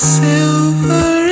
silver